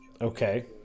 Okay